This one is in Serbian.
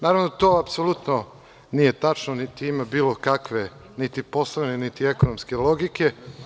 Naravno da to apsolutno nije tačno niti ima bilo kakve niti poslovne, niti ekonomske logike.